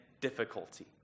difficulty